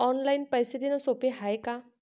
Online पैसे देण सोप हाय का?